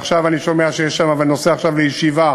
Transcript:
ועכשיו אני שומע, אני נוסע עכשיו לישיבה